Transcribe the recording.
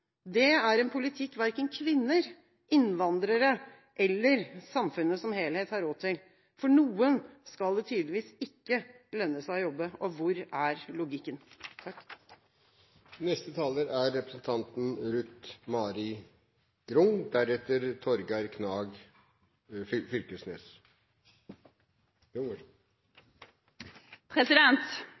Det er en politikk verken kvinner, innvandrere eller samfunnet som helhet har råd til. For noen skal det tydeligvis ikke lønne seg å jobbe. Hvor er logikken? Det er